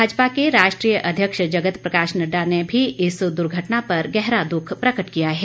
भाजपा के राष्ट्रीय अध्यक्ष जगत प्रकाश नड्डा ने भी इस दुर्घटना पर गहरा दुख प्रकट किया है